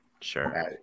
Sure